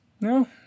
No